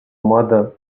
mother